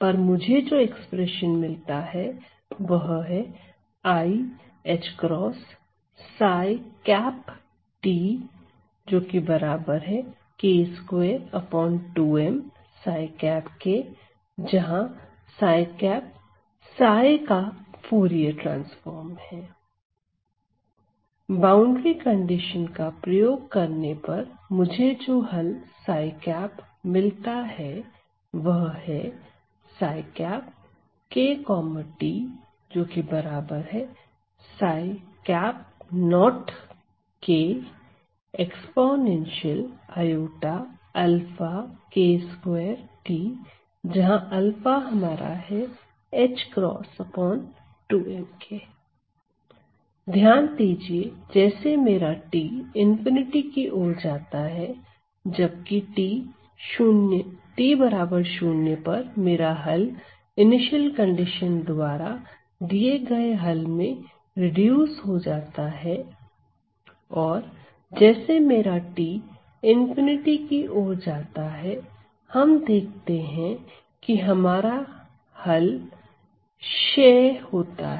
पर मुझे जो एक्सप्रेशन मिलता है वह है बाउंड्री कंडीशन का प्रयोग करने पर मुझे जो हल मिलता है वह है ध्यान दीजिए जैसे मेरा t ∞ की ओर जाता है जबकि t0 पर मेरा हल इनिशियल कंडीशन द्वारा दिए गए हल में रिड्यूस हो जाता है और जैसे मेरा t ∞ की ओर जाता है हम देखते हैं कि हमारे हल का क्षय होता है